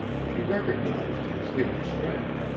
she recognized his hidden strength.